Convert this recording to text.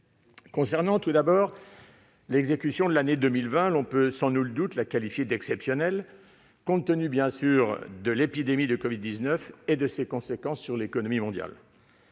Concernant, tout d'abord, l'exécution budgétaire de l'année 2020, on peut sans nul doute la qualifier « d'exceptionnelle », compte tenu bien sûr de l'épidémie de covid-19 et de ses conséquences sur l'économie mondiale.